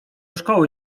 szkoły